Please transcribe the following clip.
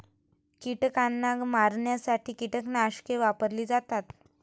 कीटकांना मारण्यासाठी कीटकनाशके वापरली जातात